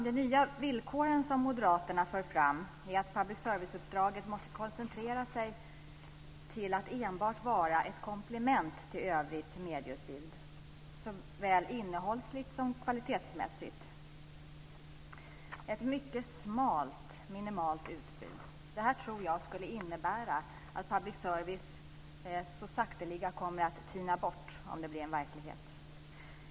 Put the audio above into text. De nya villkor som Moderaterna för fram är bl.a. att public service-uppdraget måste koncentreras till att enbart vara ett komplement till övrigt medieutbud såväl innehållsligt som kvalitetsmässigt. Det ska vara ett mycket smalt, minimalt utbud. Jag tror att public service så sakteliga kommer att tyna bort om det blir en verklighet.